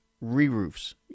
re-roofs